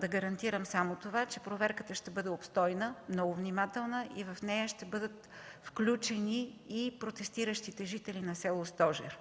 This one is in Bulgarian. да гарантирам само това, че проверката ще бъде обстойна, много внимателна и в нея ще бъдат включени и протестиращите жители на село Стожер.